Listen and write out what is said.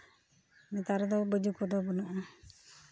ᱱᱮᱛᱟᱨ ᱫᱚ ᱵᱟᱹᱡᱩ ᱠᱚᱫᱚ ᱵᱟᱹᱱᱩᱜᱼᱟ